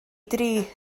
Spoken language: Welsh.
dri